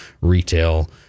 retail